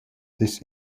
this